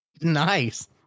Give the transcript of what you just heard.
Nice